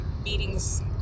meetings